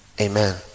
Amen